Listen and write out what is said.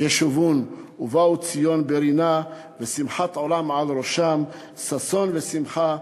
ישובון ובאו ציון ברנה ושמחת עולם על ראשם ששון ושמחה